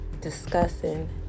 discussing